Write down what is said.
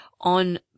on